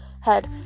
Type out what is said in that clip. head